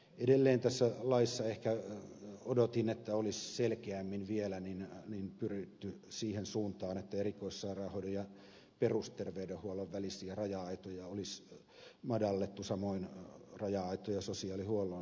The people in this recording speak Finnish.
edelleen tässä laissa ehkä odotin että olisi selkeämmin vielä pyritty siihen suuntaan että erikoissairaanhoidon ja perusterveydenhuollon välisiä raja aitoja olisi madallettu samoin raja aitoja sosiaalihuollon suuntaan